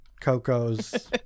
Coco's